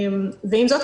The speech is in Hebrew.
עם זאת,